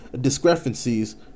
discrepancies